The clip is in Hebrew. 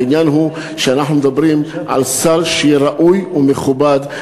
העניין הוא שאנחנו מדברים על סל שיהיה ראוי ומכובד,